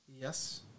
Yes